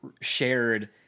shared